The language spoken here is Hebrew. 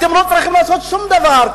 אתם לא צריכים לעשות שום דבר.